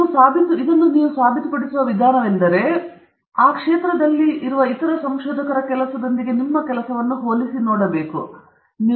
ಇದು ಹೊಸ ಕೆಲಸ ಎಂದು ನೀವು ಸಾಬೀತುಪಡಿಸುವ ಒಂದು ವಿಧಾನವೆಂದರೆ ನೀವು ಅದೇ ಪ್ರದೇಶದಲ್ಲಿ ಇತರ ಸಂಶೋಧಕರ ಕೆಲಸದೊಂದಿಗೆ ಇದನ್ನು ಹೋಲಿಸಿ ನೋಡುತ್ತೀರಿ